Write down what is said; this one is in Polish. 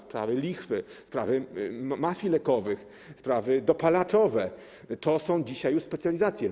Sprawy lichwy, sprawy mafii lekowych, sprawy dopalaczy - to są już dzisiaj specjalizacje.